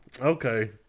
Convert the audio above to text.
Okay